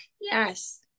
yes